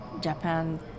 Japan